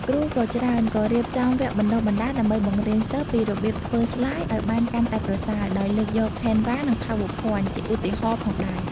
គ្រូក៏ច្រើនក៏រៀបចំវគ្គបណ្តុះបណ្ដាល ដើម្បីបង្រៀនសិស្សពីរបៀបធ្វើស្លាយឱ្យបានកាន់តែប្រសើរ ដោយលើកយក Canva និងPowerPoint ជាឧទាហរណ៍ផងដែរ